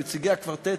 עם נציגי הקוורטט,